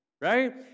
right